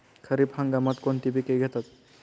खरीप हंगामात कोणती पिके घेतात?